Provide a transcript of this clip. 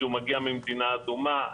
כשהוא מגיע ממדינה אדומה.